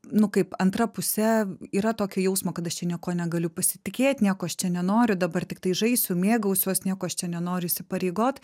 nu kaip antra puse yra tokio jausmo kad aš čia niekuo negaliu pasitikėt nieko aš čia nenoriu dabar tiktai žaisiu mėgausiuos nieko aš čia nenoriu įsipareigot